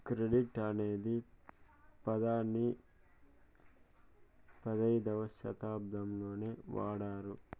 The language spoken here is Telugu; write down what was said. క్రెడిట్ అనే పదాన్ని పదైధవ శతాబ్దంలోనే వాడారు